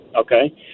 Okay